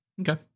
Okay